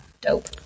Dope